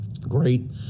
great